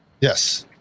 Yes